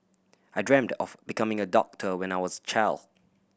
I dreamt of becoming a doctor when I was a child